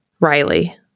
Riley